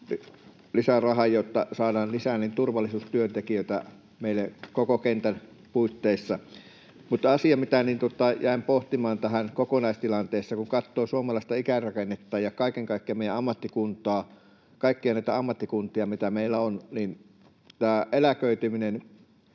lisää rahaa, jotta saadaan lisää turvallisuustyöntekijöitä meille koko kentän puitteissa. Asia, mitä jäin pohtimaan tässä kokonaistilanteessa, on, että kun katsoo suomalaisten ikärakennetta ja kaiken kaikkiaan näitä ammattikuntia, mitä meillä on, niin eläköitymisen